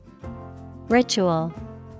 Ritual